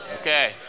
Okay